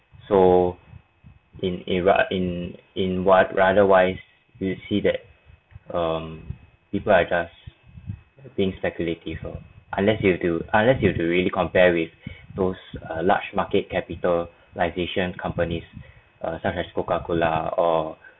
so in iraq in in what rather wise we'll see that um people are just being speculative or unless you do unless you do really compare with those uh large market capitalisation companies uh such as coca cola or